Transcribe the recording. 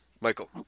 Michael